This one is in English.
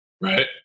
Right